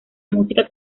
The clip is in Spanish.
música